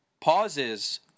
pauses